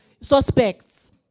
suspects